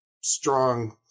strong